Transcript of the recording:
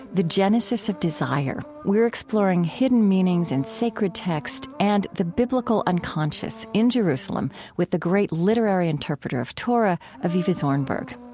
the genesis of desire we're exploring hidden meanings in sacred text and the biblical unconscious in jerusalem with the great literary interpreter of torah, avivah zornberg.